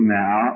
now